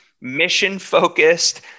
mission-focused